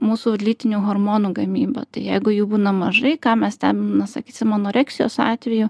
mūsų lytinių hormonų gamyba tai jeigu jų būna mažai ką mes ten na sakysim anoreksijos atveju